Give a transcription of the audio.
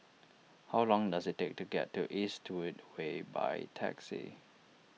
how long does it take to get to Eastwood Way by taxi